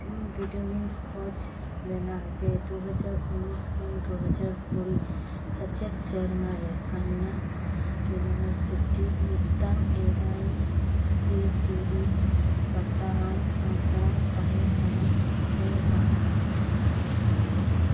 ᱤᱧ ᱵᱤᱰᱟᱹᱣᱤᱧ ᱠᱷᱚᱡᱽ ᱞᱮᱱᱟ ᱡᱮ ᱫᱩ ᱦᱟᱡᱟᱨ ᱩᱱᱤᱥ ᱠᱷᱚᱱ ᱫᱩ ᱦᱟᱡᱟᱨ ᱠᱩᱲᱤ ᱥᱮᱪᱮᱫ ᱥᱮᱨᱢᱟ ᱨᱮ ᱟᱱᱱᱟ ᱤᱭᱩᱱᱤᱵᱷᱟᱨᱥᱤᱴᱤ ᱢᱤᱫᱴᱟᱝ A I C T E ᱯᱟᱛᱟᱣᱟᱱ ᱟᱥᱲᱟ ᱛᱟᱦᱮᱠᱟᱱᱟ ᱥᱮ ᱵᱟᱝ